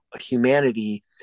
humanity